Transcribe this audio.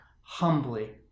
humbly